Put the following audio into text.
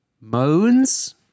moans